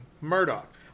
Murdoch